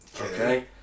Okay